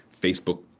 Facebook